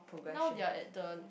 now they are at the